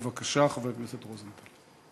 בבקשה, חבר הכנסת רוזנטל.